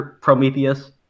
prometheus